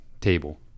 table